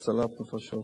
היו לי שיחות קשות אתם.